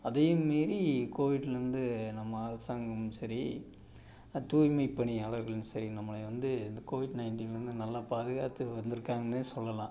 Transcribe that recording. அதையும் மீறி கோவிட்டில் இருந்து நம்ம அரசாங்கமும் சரி தூய்மைப் பணியார்களும் சரி நம்மளை வந்து இந்த கோவிட் நைன்டினில் இருந்து நல்ல பாதுகாத்து வந்திருக்காங்கனே சொல்லலாம்